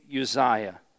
Uzziah